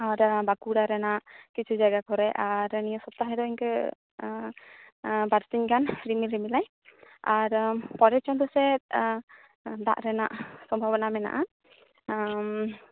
ᱟᱨ ᱵᱟᱸᱠᱩᱲᱟ ᱨᱮᱱᱟᱜ ᱠᱤᱪᱷᱩ ᱡᱟᱭᱜᱟ ᱠᱚᱨᱮᱫ ᱟᱨ ᱱᱤᱭᱟᱹ ᱥᱚᱯᱛᱟᱦᱚ ᱫᱚ ᱤᱱᱠᱟᱹ ᱵᱟᱨᱥᱤᱧ ᱜᱟᱱ ᱨᱤᱢᱤᱞ ᱨᱤᱢᱤᱞᱟᱭ ᱟᱨ ᱯᱚᱨᱮ ᱪᱟᱸᱰᱳ ᱥᱮᱫ ᱫᱟᱜ ᱨᱮᱱᱟᱜ ᱥᱚᱵᱷᱚᱵᱚᱱᱟ ᱢᱮᱱᱟᱜᱼᱟ